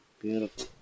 Beautiful